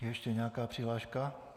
Ještě nějaká přihláška?